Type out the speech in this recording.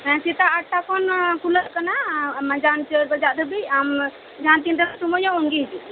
ᱥᱮᱛᱟᱜ ᱟᱴᱴᱟ ᱠᱷᱚᱱ ᱠᱷᱩᱞᱟᱹᱜ ᱠᱟᱱᱟ ᱢᱟᱡᱟᱱ ᱪᱟᱹᱨ ᱵᱟᱡᱟᱜ ᱫᱷᱟᱹᱵᱤᱡ ᱟᱢ ᱡᱟᱦᱟᱸ ᱛᱤᱱ ᱜᱮᱢ ᱥᱚᱢᱚᱭᱚᱜᱼᱟ ᱩᱱᱜᱮ ᱦᱤᱡᱩᱜ ᱢᱮ